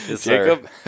jacob